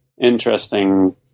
interesting